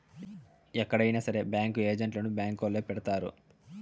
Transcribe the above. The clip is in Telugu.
ఎక్కడైనా సరే బ్యాంకు ఏజెంట్లను బ్యాంకొల్లే పెడతారు